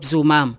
Zuma